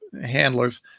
handlers